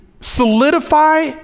solidify